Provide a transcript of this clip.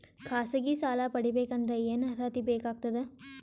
ಖಾಸಗಿ ಸಾಲ ಪಡಿಬೇಕಂದರ ಏನ್ ಅರ್ಹತಿ ಬೇಕಾಗತದ?